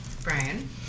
Brian